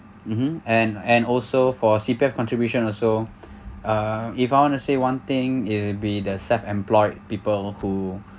mmhmm and and also for C_P_F contribution also uh if I want to say one thing it'll be the self employed people who